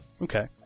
Okay